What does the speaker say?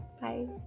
Bye